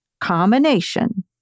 combination